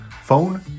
phone